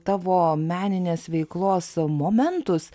tavo meninės veiklos momentus